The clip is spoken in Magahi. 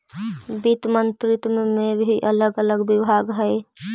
वित्त मंत्रित्व में भी अलग अलग विभाग हई